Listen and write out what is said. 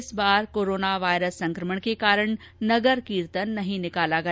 इस बार corona virus संक्रमण के कारण नगर कीर्तन नहीं निकाला गया